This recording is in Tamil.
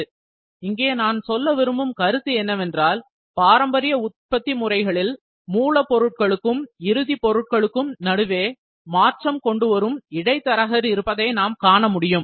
நான் இங்கே சொல்ல விரும்பும் கருத்து என்னவென்றால் பாரம்பரிய உற்பத்தி முறைகளில் மூல பொருட்களுக்கும் இறுதி பொருட்களுக்கும் நடுவே மாற்றம் கொண்டுவரும் இடைத்தரகர் இருப்பதை நாம் காணமுடியும்